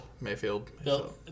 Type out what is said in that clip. Mayfield